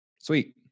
sweet